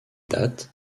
date